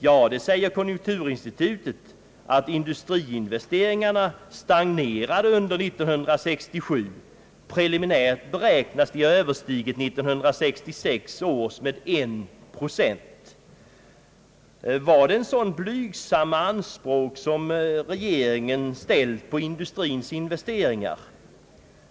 Jo, säger konjunkturinstitutet, industriinvesteringarna stagnerade under 1967 — preliminärt beräknas nivån ha överstigit 1966 års med 1 procent. Var det sådana blygsamma anspråk som regeringen ställt på industrins investeringar?